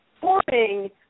forming